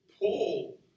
Paul